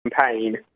campaign